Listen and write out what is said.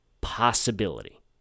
possibility